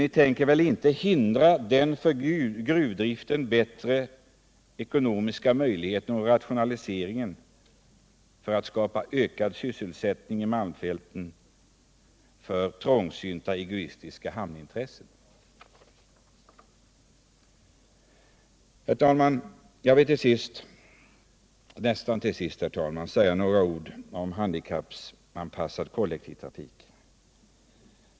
Ni tänker väl inte hindra den för gruvdriften bättre ekonomiska möjligheten och rationaliseringen för att skapa ökad sysselsättning i malmfälten på grund av trångsynta egoistiska hamnintressen? Herr talman! Jag vill också säga några ord om handikappanpassad kollektivtrafik.